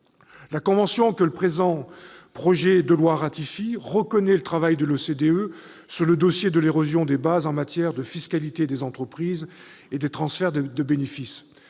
La convention dont le présent projet de loi autorise la ratification reconnaît le travail de l'OCDE sur le dossier de l'érosion des bases en matière de fiscalité des entreprises et des transferts de bénéfices.